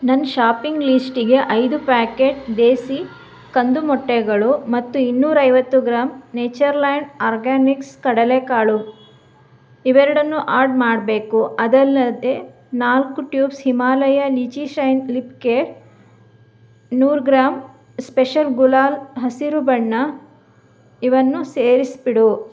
ನನ್ನ ಶಾಪಿಂಗ್ ಲಿಸ್ಟಿಗೆ ಐದು ಪ್ಯಾಕೆಟ್ ದೇಸಿ ಕಂದು ಮೊಟ್ಟೆಗಳು ಮತ್ತು ಇನ್ನೂರ ಐವತ್ತು ಗ್ರಾಮ್ ನೇಚರ್ಲ್ಯಾಂಡ್ ಆರ್ಗ್ಯಾನಿಕ್ಸ್ ಕಡಲೆಕಾಳು ಇವೆರಡನ್ನು ಆಡ್ ಮಾಡಬೇಕು ಅದಲ್ಲದೆ ನಾಲ್ಕು tubes Himalaya litchi shine lip care ನೂರು ಗ್ರಾಮ್ ಸ್ಪೆಷಲ್ ಗುಲಾಲ್ ಹಸಿರು ಬಣ್ಣ ಇವನ್ನು ಸೇರಿಸಿಬಿಡು